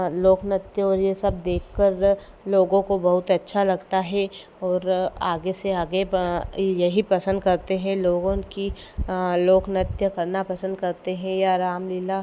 लोक नृत्य और यह सब देख कर लोगों को बहुत अच्छा लगता है और आगे से आगे यही पसंद करते हैं लोगोन कि लोक नृत्य करना पसंद करते हैं या राम लीला